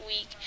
week